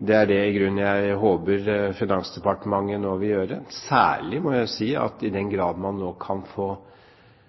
Det er i grunnen det jeg håper Finansdepartementet nå vil gjøre. I høringen var det jo litt usikkerhet rundt dette, men hvis man nå kan få